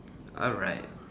alright